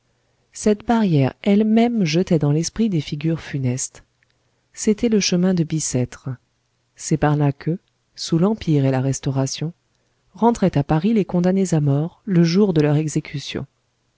cette barrière elle-même jetait dans l'esprit des figures funestes c'était le chemin de bicêtre c'est par là que sous l'empire et la restauration rentraient à paris les condamnés à mort le jour de leur exécution